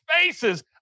faces